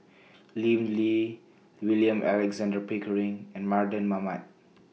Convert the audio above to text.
Lim Lee William Alexander Pickering and Mardan Mamat